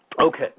Okay